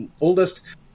oldest